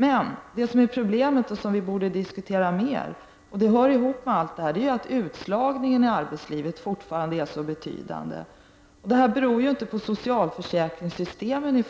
Men det som är problemet och som vi borde diskutera mer, och som också hör i hop med allt detta, är att utslagningen i arbetslivet fortfarande är så betydande. Detta beror ju inte i första hand på socialförsäkringssystemen.